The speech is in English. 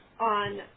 On